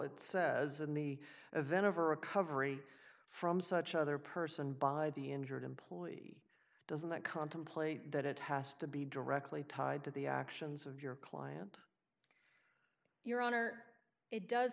it says in the event of a recovery from such other person by the injured employee does not contemplate that it has to be directly tied to the actions of your client your honor it does